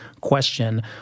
question